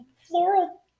floral